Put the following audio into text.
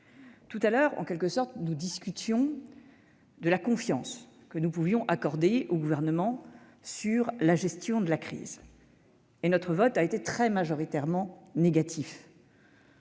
en quelque sorte, de la confiance que nous pouvions accorder au Gouvernement dans la gestion de la crise. Notre vote a été très majoritairement négatif.